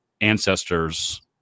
ancestors